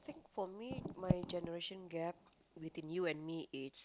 for me my generation gap within you and me is